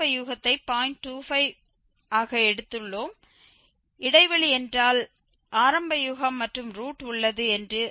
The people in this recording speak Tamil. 25 ஆக எடுத்துள்ளோம் இடைவெளி என்றால் ஆரம்ப யூகம் மற்றும் ரூட் உள்ளது என்று அர்த்தம் இது 2